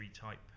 type